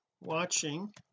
watching